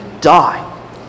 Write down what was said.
die